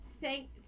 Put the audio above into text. thank